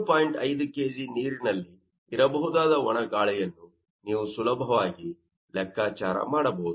5 kg ನೀರಿನಲ್ಲಿ ಇರಬಹುದಾದ ಒಣ ಗಾಳಿಯನ್ನು ನೀವು ಸುಲಭವಾಗಿ ಲೆಕ್ಕಾಚಾರ ಮಾಡಬಹುದು